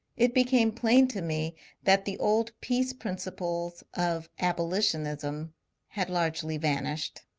it became plain to me that the old peace principles of abolition ism had largely vanished.